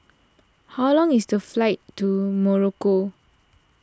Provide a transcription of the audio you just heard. how long is the flight to Morocco